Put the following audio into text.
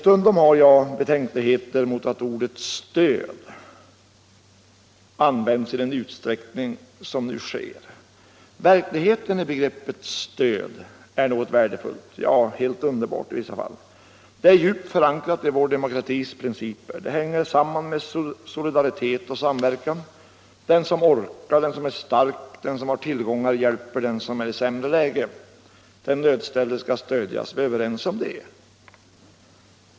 Stundom har jag betänkligheter mot att ordet ”stöd” används i den utsträckning som nu sker. Verkligheten i begreppet stöd är något värdefullt, ja. helt underbart i vissa fall. Det är djupt förankrat i vår demokratis principer. Det hänger samman med solidaritet och samverkan — den som orkar, den som är stark, den som har tillgångar hjälper den som är i ett sämre läge. Den nödställde skall stödjas. Vi är överens om det.